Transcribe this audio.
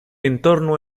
entorno